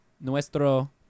Nuestro